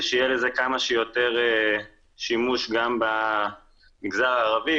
שיהיה לזה כמה שיותר שימוש במגזר הערבי,